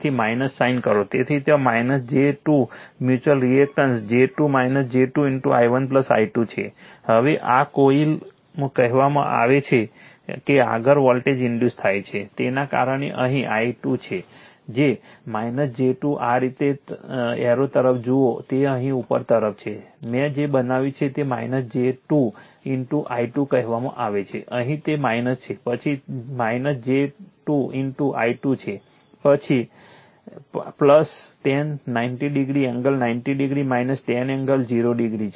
તેથી સાઇન કરો તેથી j 2 mutual reactance j 2 j 2 i1 i2 છે હવે આ કોઇલમાં કહેવામાં આવે છે કે આગળ વોલ્ટેજ ઇન્ડ્યુસ થાય છે તેના કારણે અહીં i2 જે j 2 આ એરો તરફ જુઓ અહીં તે ઉપર તરફ છે મેં જે બનાવ્યું છે તેને j 2 i2 કહેવામાં આવે છે અહીં તે છે પછી j 2 i2 છે પછી 10 90 degree angle 90 degree 10 angle 0 degree છે